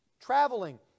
traveling